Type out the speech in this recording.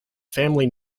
family